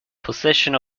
possession